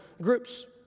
groups